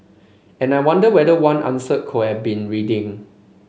and I wonder whether one answer could have been reading